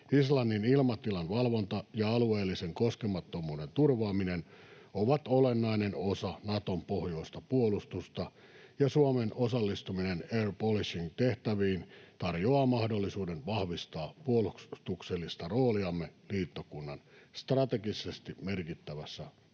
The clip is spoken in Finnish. Islannin ilmatilan valvonta ja alueellisen koskemattomuuden turvaaminen ovat olennainen osa Naton pohjoista puolustusta, ja Suomen osallistuminen air policing -tehtäviin tarjoaa mahdollisuuden vahvistaa puolustuksellista rooliamme liittokunnan strategisesti merkittävässä pohjoisessa